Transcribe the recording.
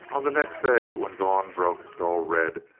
on the next day, when dawn broke dull red,